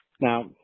Now